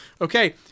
Okay